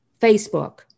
Facebook